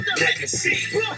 Legacy